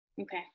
Okay